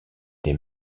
des